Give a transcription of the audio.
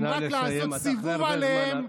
הם רק לעשות סיבוב עליהם,